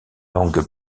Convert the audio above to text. langue